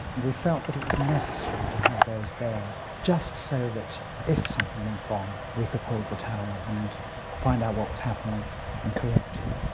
we felt that it was necessary to have those there just so that if something went wrong, we could hold the tower and fiind out what was happening and correct it.